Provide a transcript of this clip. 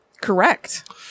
Correct